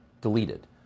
deleted